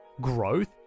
Growth